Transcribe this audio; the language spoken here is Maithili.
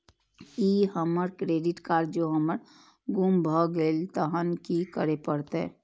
ई हमर क्रेडिट कार्ड जौं हमर गुम भ गेल तहन की करे परतै?